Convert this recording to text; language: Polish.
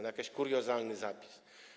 To jakiś kuriozalny zapis.